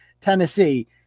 Tennessee